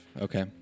okay